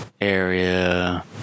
area